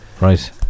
Right